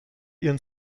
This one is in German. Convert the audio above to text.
ihren